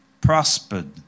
prospered